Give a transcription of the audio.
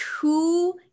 two